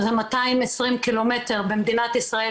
זה 220 ק"מ במדינת ישראל,